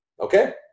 Okay